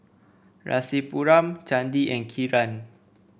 Rasipuram Chandi and Kiran